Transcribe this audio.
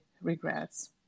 regrets